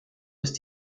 ist